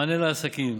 מענה לעסקים,